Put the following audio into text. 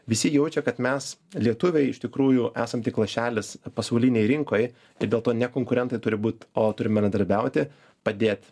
visi jaučia kad mes lietuviai iš tikrųjų esam tik lašelis pasaulinėj rinkoj tai dėl to ne konkurentai turi būt o turim bendradarbiauti padėt